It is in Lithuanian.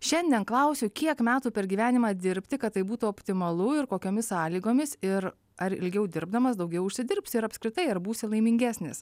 šiandien klausiu kiek metų per gyvenimą dirbti kad tai būtų optimalu ir kokiomis sąlygomis ir ar ilgiau dirbdamas daugiau užsidirbsi ir apskritai ar būsi laimingesnis